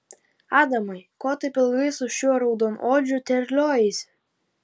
adamai ko taip ilgai su šiuo raudonodžiu terliojaisi